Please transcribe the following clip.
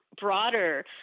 broader